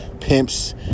pimps